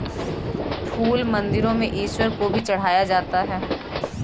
फूल मंदिरों में ईश्वर को भी चढ़ाया जाता है